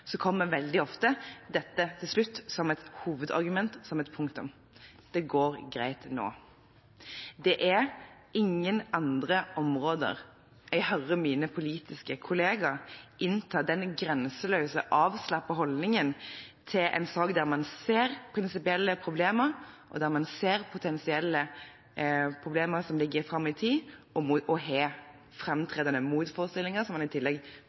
kommer veldig ofte dette til slutt som et hovedargument, som et punktum: Det går greit nå. Det er ingen andre områder der jeg hører mine politiske kollegaer innta denne grenseløst avslappede holdningen til en sak der man ser prinsipielle problemer, der man ser potensielle problemer som ligger fram i tid, og der man har framtredende motforestillinger, som man i tillegg